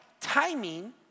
Timing